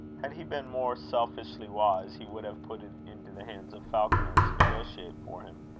had he been more selfishly wise, he would have put it into the hands of falconer to negotiate for him.